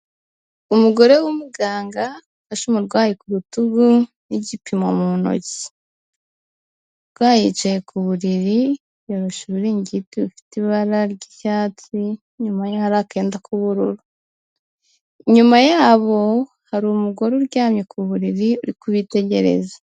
Umugore w'umuganga afashe umurwayi ku rutugu n'igipimo mu ntoki, umurwayi yicaye ku buriri yiyoroshe ururingiti rufite ibara ry'icyatsi n'inyuma ye hari akenda k'ubururu. Inyuma yabo hari umugore uryamye ku buriri uri kubitegereza.